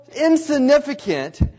insignificant